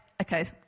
okay